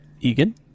Egan